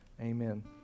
amen